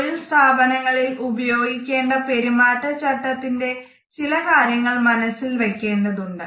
തൊഴിൽ സ്ഥാപനങ്ങളിൽ ഉപയോഗിക്കേണ്ട പെരുമാറ്റ ചട്ടത്തിന്റെ ചില കാര്യങ്ങളിൽ മനസ്സിൽ വയ്ക്കേണ്ടതുണ്ട്